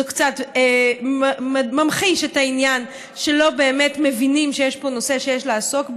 זה קצת ממחיש את העניין שלא באמת מבינים שיש פה נושא שיש לעסוק בו.